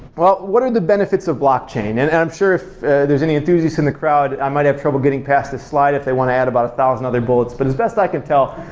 well what are the benefits of blockchain? and i'm sure if there's any enthusiasts in the crowd, i might have trouble getting past this slide if they want to add about a thousand other bullets, but as best i can tell,